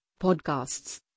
podcasts